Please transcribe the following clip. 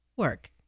Work